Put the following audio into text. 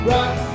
Rock